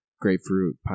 grapefruit